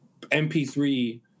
MP3